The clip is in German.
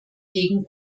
gegen